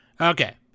Okay